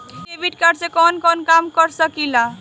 इ debit card से कवन कवन काम कर सकिला?